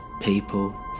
people